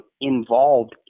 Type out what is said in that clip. involved